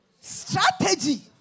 Strategy